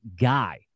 guy